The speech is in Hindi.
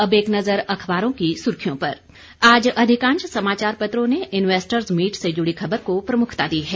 और अब एक नजर अखबारों की सुर्खियों पर आज अधिकांश समाचार पत्रों ने इन्वेस्टर्स मीट से जुड़ी खबर को प्रमुखता दी है